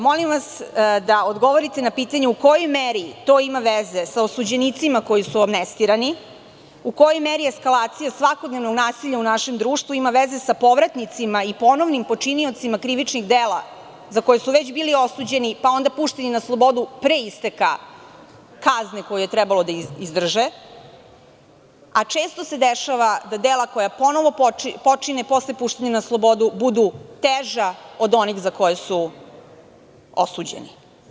Molim vas da odgovorite na pitanje u kojoj meri to ima veze sa osuđenicima koji su amnestirani, u kojoj meri eskalacija svakodnevnog nasilja u našem društvu ima veze sa povratnicima i ponovnim počiniocima krivičnih dela za koje su već bili osuđeni, pa onda pušteni na slobodu pre isteka kazne koju je trebalo da izdrže, a često se dešava da dela koja ponovo počine posle puštanja na slobodu budu teža od onih za koje su osuđeni?